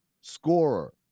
scorer